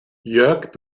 jörg